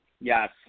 Yes